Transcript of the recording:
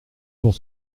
pour